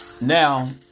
Now